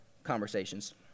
conversations